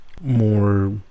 more